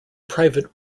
private